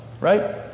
right